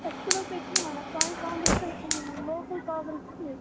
أسۍ چھِنہٕ حظ تۄہہِ تی وَنان سانہِ کانٛگرِ لوکَل کانٛگرِ